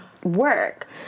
work